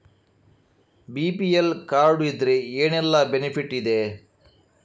BPL card ಇದ್ರೆ ಏನೆಲ್ಲ benefit ಇದೆ?